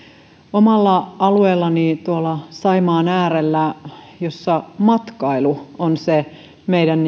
omalla alueellani tuolla saimaan äärellä missä matkailu on se meidän